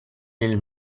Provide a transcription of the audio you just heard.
nel